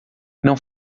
não